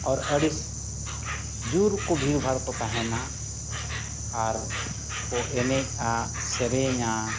ᱟᱨ ᱟᱹᱰᱤ ᱡᱳᱨᱠᱚ ᱵᱷᱤᱲᱼᱵᱷᱟᱲ ᱠᱚ ᱛᱟᱦᱮᱱᱟ ᱟᱨ ᱠᱚ ᱮᱱᱮᱡᱼᱟ ᱥᱮᱨᱮᱧᱟ